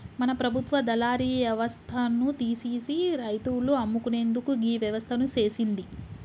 మన ప్రభుత్వ దళారి యవస్థను తీసిసి రైతులు అమ్ముకునేందుకు గీ వ్యవస్థను సేసింది